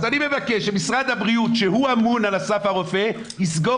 אז אני מבקש שמשרד הבריאות שאמון על אסף הרופא יסגור